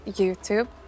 Youtube